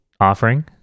offering